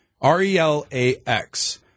R-E-L-A-X